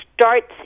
starts